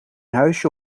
huisje